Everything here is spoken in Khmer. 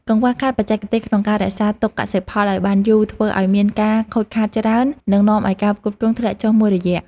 កង្វះខាតបច្ចេកទេសក្នុងការរក្សាទុកកសិផលឱ្យបានយូរធ្វើឱ្យមានការខូចខាតច្រើន និងនាំឱ្យការផ្គត់ផ្គង់ធ្លាក់ចុះមួយរយៈ។